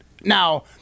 Now